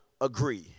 agree